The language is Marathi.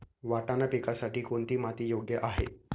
वाटाणा पिकासाठी कोणती माती योग्य आहे?